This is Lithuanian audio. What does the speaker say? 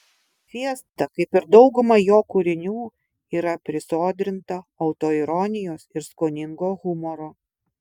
fiesta kaip ir dauguma jo kūrinių yra prisodrinta autoironijos ir skoningo humoro